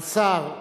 השר כחלון,